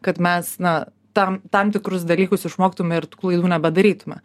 kad mes na tam tam tikrus dalykus išmoktume ir tų klaidų nebedarytume